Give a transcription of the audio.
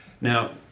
Now